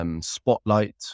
Spotlight